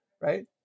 right